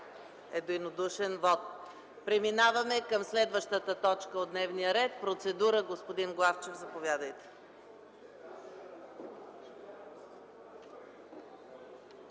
единодушен вот. Преминаваме към следващата точка от дневния ред. Процедура – господин Главчев, заповядайте.